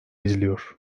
izliyor